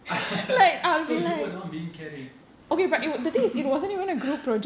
so you were the one being carried